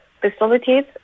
facilities